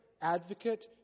advocate